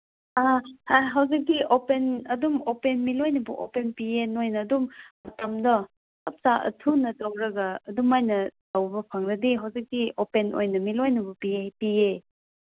ꯍꯧꯖꯤꯛꯇꯤ ꯑꯣꯄꯟ ꯑꯗꯨꯝ ꯑꯣꯄꯟꯅꯤ ꯂꯣꯏꯅꯕꯨ ꯑꯣꯄꯟ ꯄꯤꯌꯦ ꯅꯣꯏꯅ ꯑꯗꯨꯝ ꯃꯇꯝꯗꯣ ꯊꯨꯅ ꯇꯧꯔꯒ ꯑꯗꯨꯃꯥꯏꯅ ꯇꯧꯕ ꯐꯪꯂꯗꯤ ꯍꯧꯖꯤꯛꯇꯤ ꯑꯣꯄꯟ ꯑꯣꯏꯅ ꯃꯤ ꯂꯣꯏꯅꯕ ꯄꯤꯌꯦ